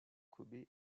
kobe